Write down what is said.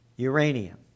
Uranium